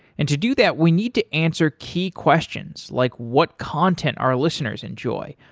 and to do that, we need to answer key questions like, what content our listeners enjoy,